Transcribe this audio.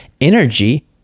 energy